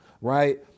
right